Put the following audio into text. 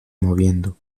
moviendo